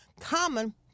Common